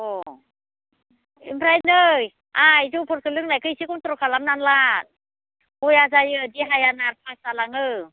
अह ओमफ्राय नै आइ जौफोरखौ लोंनायखौ एसे कन्ट्रल खालामनानै ला बया जायो देहाया नारभास जालाङो